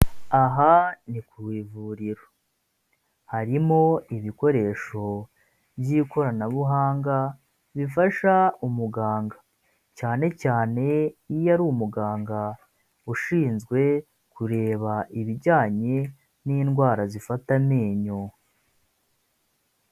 Aha ni ku ivuriro harimo ibikoresho by'ikoranabuhanga bifasha umuganga, cyane cyane iyo ari umuganga ushinzwe kureba ibijyanye n'indwara zifata amenyo.